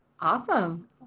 awesome